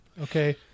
okay